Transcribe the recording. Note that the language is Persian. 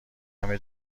همه